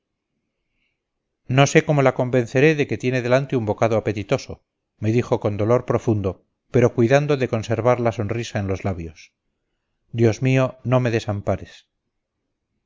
convenceré de que tiene delante un bocado apetitoso me dijo con dolor profundo pero cuidando de conservar la sonrisa en los labios dios mío no me desampares